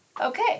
Okay